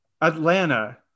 Atlanta